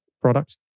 product